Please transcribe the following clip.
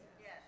Yes